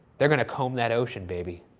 they're gonna comb that ocean, baby.